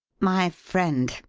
my friend,